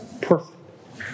perfect